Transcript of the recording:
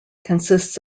consists